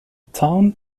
town